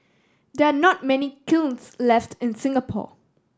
there are not many kilns left in Singapore